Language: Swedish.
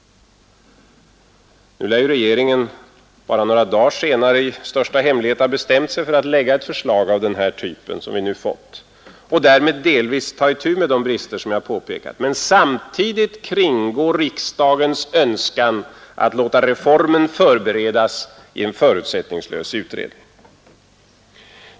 Regeringen lär bara några dagar senare i största hemlighet ha bestämt sig för att lägga fram ett förslag av den typ som vi nu fått och därmed delvis ta itu med de brister som jag hade påpekat men samtidigt kringgå riksdagens önskan att låta reformen förberedas i en förutsättningslös utredning.